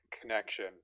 connection